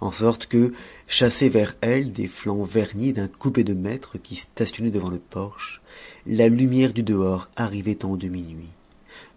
en sorte que chassée vers elles des flancs vernis d'un coupé de maître qui stationnait devant le porche la lumière du dehors arrivait en demi nuit